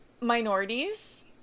minorities